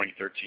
2013